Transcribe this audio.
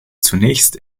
zunächst